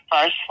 first